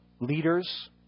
leaders